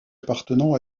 appartenant